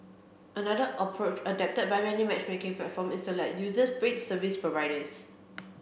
another approach adopted by many matchmaking platforms is to let users rate service providers